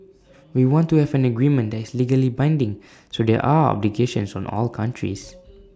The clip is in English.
we want to have an agreement that is legally binding so there are obligations on all countries